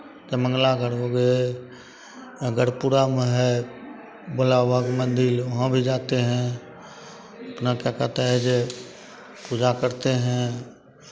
जयमंगला गढ़ हो गए अगरपुरा में है भोलाबाबा मंदिर वहाँ भी जाते हैं अपना क्या कहता है जे पूजा करते हैं